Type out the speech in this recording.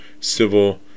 civil